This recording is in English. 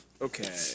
Okay